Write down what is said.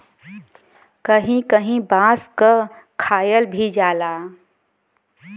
कहीं कहीं बांस क खायल भी जाला